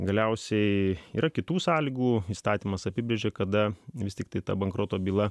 galiausiai yra kitų sąlygų įstatymas apibrėžia kada jums tiktai ta bankroto byla